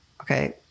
okay